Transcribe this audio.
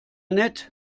nett